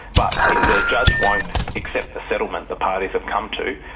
but if the judge won't accept the settlement the parties have come to,